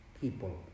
people